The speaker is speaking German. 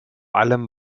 allem